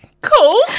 Cool